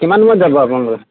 কিমান সময়ত যাব আপোনালোকে